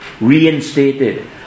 reinstated